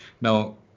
Now